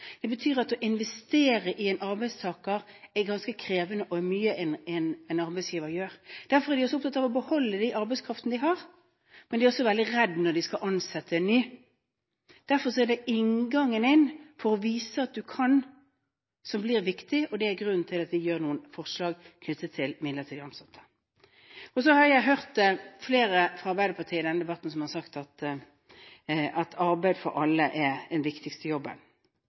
en arbeidstaker er ganske krevende, og mye av det en arbeidsgiver gjør. Derfor er arbeidsgiverne så opptatt av å beholde den arbeidskraften de har. Men de er også veldig redde når de skal ansette en ny. Derfor er det inngangen inn – for å vise at man kan – som blir viktig, og det er grunnen til at vi kommer med noen forslag knyttet til midlertidig ansatte. Jeg har i denne debatten hørt flere fra Arbeiderpartiet si at arbeid for alle er den viktigste jobben. Det har denne våren vært litt forvirrende for meg å vite om det er